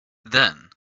then